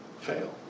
fail